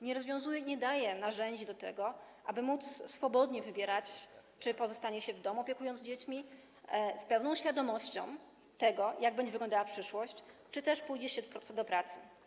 Nie rozwiązuje problemu, nie daje narzędzi do tego, aby móc swobodnie wybierać, czy pozostanie się w domu, opiekując dziećmi, z pełną świadomością tego, jak będzie wyglądała przyszłość, czy też pójdzie się po prostu do pracy.